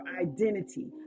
identity